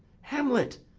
hamlet!